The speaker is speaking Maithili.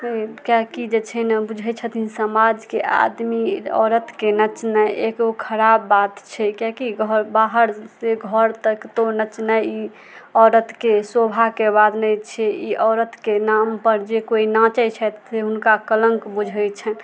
किएकि जे छै ने बुझै छथिन समाजके आदमी औरतके नचनाइ एगो खराब बात छै किएकि घर बाहर से घर तक तऽ नचनाइ ई औरतके शोभाके बात नहि छै ई औरतके नाम पर जे कोइ नाचै छथि से हुनका कलंक बुझाइ छनि